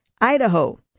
Idaho